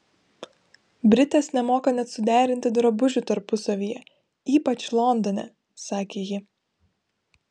britės nemoka net suderinti drabužių tarpusavyje ypač londone sakė ji